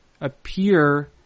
appear